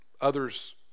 others